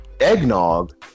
eggnog